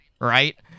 Right